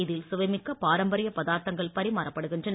இதில் சுவை மிக்க பாரம்பரிய பதார்த்தங்கள் பரிமாறப்படுகின்றன